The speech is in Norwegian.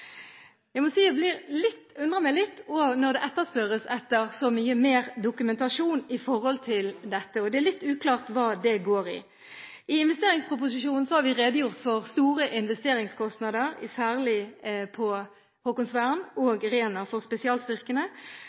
Jeg må si at jeg undrer meg litt når det etterspørres så mye mer dokumentasjon med hensyn til dette. Det er litt uklart hva det går på. I investeringsproposisjonen har vi redegjort for store investeringskostnader, særlig på Haakonsvern og Rena for spesialstyrkene,